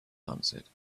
answered